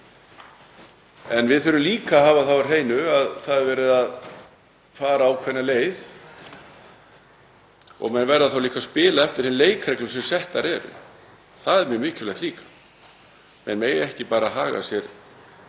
En við þurfum líka að hafa það á hreinu að það er verið að fara ákveðna leið og menn verða þá líka að spila eftir þeim leikreglum sem settar eru. Það er mjög mikilvægt líka. Menn mega ekki bara haga sér